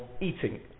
eating